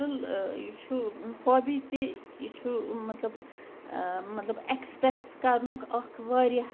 یہِ چھُ ہابی تہِ یہِ چھُ مطلب مطلب اٮ۪کٕسپرٛیس کَرنُک اَکھ واریاہ